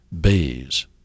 bees